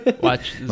Watch